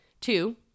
Two